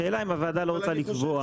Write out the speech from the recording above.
השאלה אם הוועדה לא רוצה לקבוע,